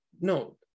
no